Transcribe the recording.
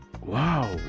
Wow